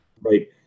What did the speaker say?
Right